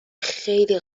خیلی